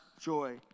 joy